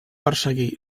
perseguir